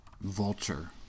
Vulture